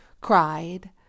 cried